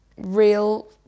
real